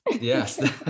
Yes